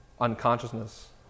unconsciousness